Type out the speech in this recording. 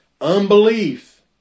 unbelief